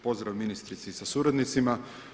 Pozdrav ministrici sa suradnicima.